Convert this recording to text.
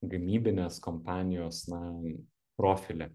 gamybinės kompanijos na profilį